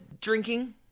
drinking